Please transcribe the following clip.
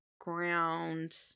ground